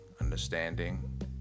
Understanding